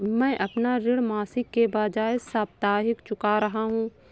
मैं अपना ऋण मासिक के बजाय साप्ताहिक चुका रहा हूँ